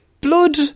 blood